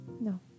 No